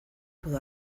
puedo